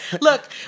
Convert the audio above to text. look